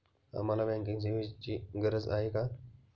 आम्हाला बँकिंग सेवेची गरज का आहे?